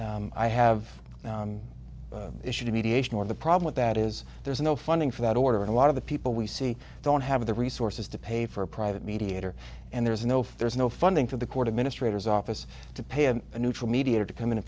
forward i have issue to mediation or the problem with that is there's no funding for that order and a lot of the people we see don't have the resources to pay for a private mediator and there's no for there's no funding for the court administrator office to pay and a neutral mediator to come in to